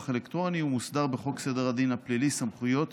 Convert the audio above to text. אלקטרוני" ומוסדר בחוק סדר הדין הפלילי (סמכויות